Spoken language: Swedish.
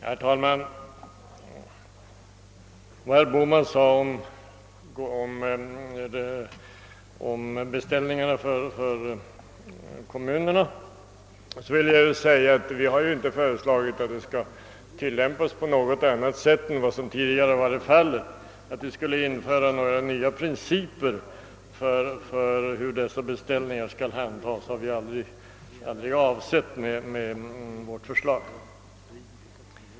Herr talman! Vad beträffar det som herr Bohman sade om beställningar för kommunerna vill jag framhålla att vi inte föreslagit att detta skall tillämpas på något annat sätt än vad som tidigare varit fallet. Att det skulle införas några nya principer för hur dessa beställningar skall handhas har vi aldrig avsett med vårt förslag.